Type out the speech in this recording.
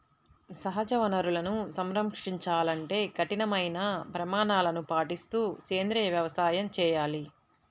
సహజ వనరులను సంరక్షించాలంటే కఠినమైన ప్రమాణాలను పాటిస్తూ సేంద్రీయ వ్యవసాయం చేయాలి